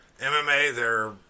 MMA—they're